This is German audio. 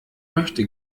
möchte